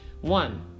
one